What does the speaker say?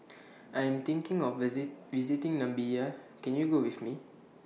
I Am thinking of visit visiting Namibia Can YOU Go with Me